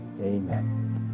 Amen